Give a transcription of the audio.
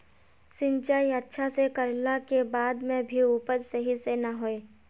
सिंचाई अच्छा से कर ला के बाद में भी उपज सही से ना होय?